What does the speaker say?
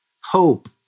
Hope